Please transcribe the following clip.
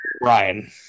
Ryan